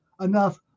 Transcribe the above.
enough